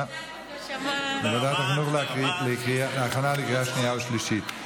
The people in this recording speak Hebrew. התרבות והספורט להכנה לקריאה שנייה ושלישית.